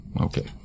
Okay